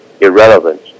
irrelevant